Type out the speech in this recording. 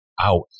out